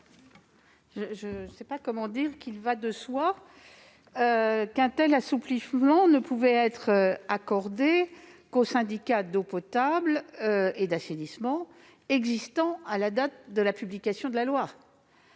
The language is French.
? Madame la sénatrice, il va de soi qu'un tel assouplissement ne pouvait être accordé qu'aux syndicats d'eau potable et d'assainissement existant à la date de la publication de la loi